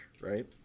right